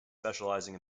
specializing